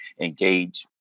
engage